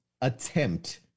attempt